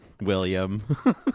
William